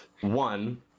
one